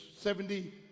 Seventy